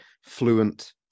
fluent